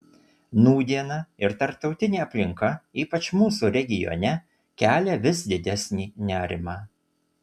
nūdiena ir tarptautinė aplinka ypač mūsų regione kelia vis didesnį nerimą